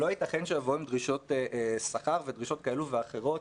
לא ייתכן שיבואו עם דרישות שכר ודרישות כאלה ואחרות,